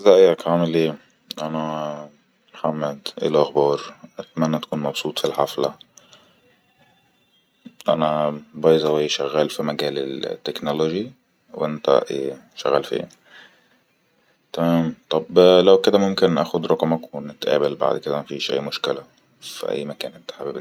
ازيك عامل ايه انا محمد اي ال اخبار اتمنى تكون مبسوط في الحفله انا باي زا وي شغال في مجال التكنولوجي وانت شغال فين تمام لو كده ممكن اخ رقمك ونتقابل بعد كده فيه مشكلة في اي مكان ات حابب